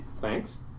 Thanks